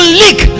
leak